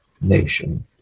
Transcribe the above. nation